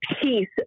peace